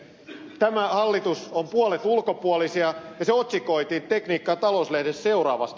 tässä hallituksessa on puolet ulkopuolisia ja se otsikoitiin tekniikka talous lehdessä seuraavasti